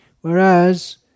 Whereas